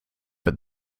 but